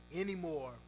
anymore